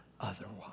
otherwise